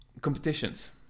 Competitions